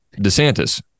DeSantis